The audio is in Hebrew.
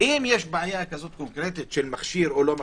אם יש בעיה קונקרטית כזאת של מכשיר או לא מכשיר,